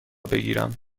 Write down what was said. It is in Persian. بگیرم